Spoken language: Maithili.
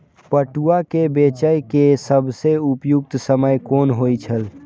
पटुआ केय बेचय केय सबसं उपयुक्त समय कोन होय छल?